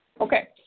Okay